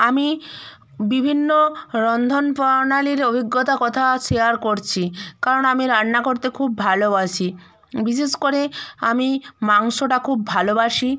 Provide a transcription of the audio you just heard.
আমি বিভিন্ন রন্ধন প্রণালীর অভিজ্ঞতার কথা শেয়ার করছি কারণ আমি রান্না করতে খুব ভালোবাসি বিশেষ করে আমি মাংসটা খুব ভালোবাসি